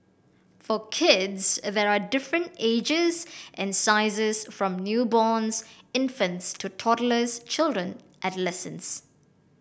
for kids there are different ages and sizes from newborns infants to toddlers children adolescents